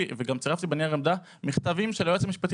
צרפתי בנייר עמדה מכתבים של היועץ המשפטי